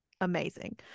amazing